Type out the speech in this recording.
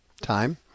time